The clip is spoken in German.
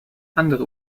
andere